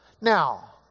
Now